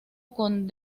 con